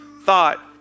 thought